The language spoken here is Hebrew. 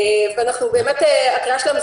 הקריאה שלנו,